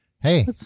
Hey